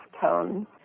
Tones